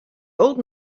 old